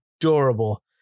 adorable